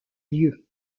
lieu